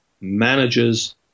managers